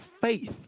faith